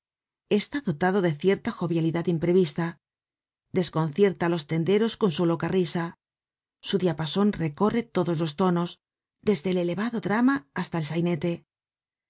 está dotado de cierta jovialidad imprevista desconcierta á los tenderos con su loca risa su diapason recorre todos los tonos desde el elevado drama hasta el sainete